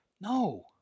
No